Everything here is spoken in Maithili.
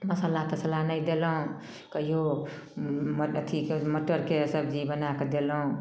मसल्ला तसल्ला नहि देलहुँ कहियो अथीके मटरके सबजी बनाए कऽ देलहुँ